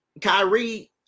Kyrie